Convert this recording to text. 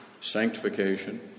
Sanctification